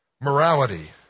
morality